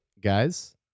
guys